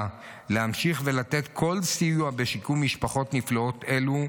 להמשיך ולתת כל סיוע בשיקום משפחות נפלאות אלו,